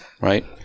right